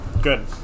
Good